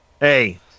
Hey